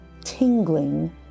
tingling